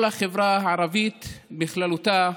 כל החברה הערבית בכללותה,